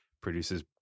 produces